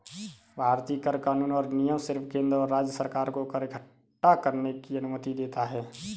भारतीय कर कानून और नियम सिर्फ केंद्र और राज्य सरकार को कर इक्कठा करने की अनुमति देता है